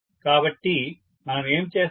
కాబట్టి మనం ఏమి చేస్తాము